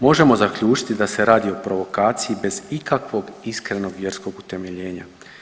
Možemo zaključiti da se radi o provokaciji bez ikakvog iskrenog vjerskog utemeljenja.